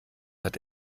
hat